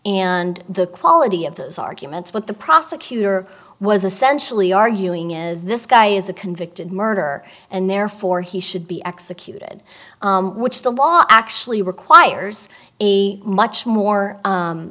and the quality of those arguments what the prosecutor was essentially arguing is this guy is a convicted murderer and therefore he should be executed which the law actually requires a much more